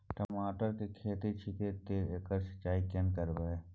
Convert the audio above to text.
टमाटर की खेती करे छिये ते एकरा सिंचाई केना करबै?